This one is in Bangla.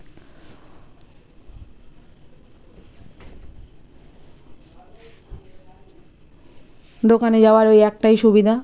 দোকানে যাওয়ার ওই একটাই সুবিধা